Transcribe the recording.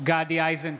גדי איזנקוט,